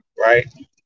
Right